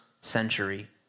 century